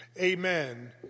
Amen